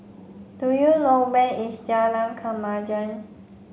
do you know where is Jalan Kemajuan